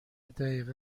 دقیقه